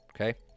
okay